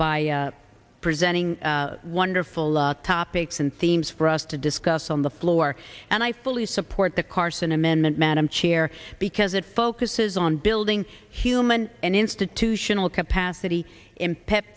by presenting wonderful luck topics and themes for us to discuss on the floor and i fully support the carson amendment madam chair because it focuses on building human and institutional capacity in pe